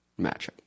matchup